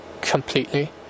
completely